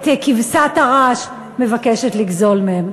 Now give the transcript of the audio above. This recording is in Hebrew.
את כבשת הרש מבקשת לגזול מהם.